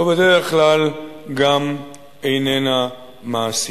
ובדרך כלל גם איננה מעשית.